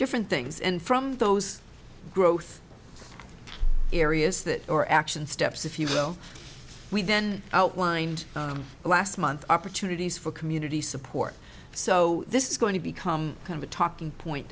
different things and from those growth areas that are action steps if you will we then outlined last month opportunities for community support so this is going to become kind of a talking point